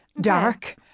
dark